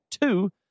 Two